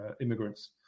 immigrants